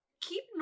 keep